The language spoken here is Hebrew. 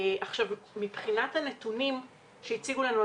מבחינת הנתונים שהציגו לנו,